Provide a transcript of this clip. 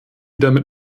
damit